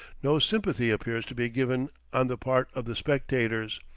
no sympathy appears to be given on the part of the spectators,